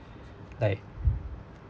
like